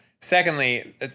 Secondly